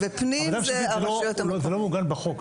הוועדה הממשלתית זה לא מעוגן בחוק,